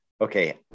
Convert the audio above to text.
okay